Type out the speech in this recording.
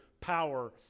power